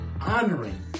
honoring